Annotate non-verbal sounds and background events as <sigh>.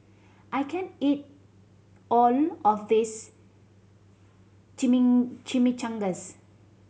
I can't eat all of this <unintelligible> Chimichangas